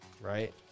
right